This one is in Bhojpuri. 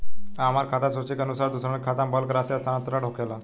आ हमरा खाता से सूची के अनुसार दूसरन के खाता में बल्क राशि स्थानान्तर होखेला?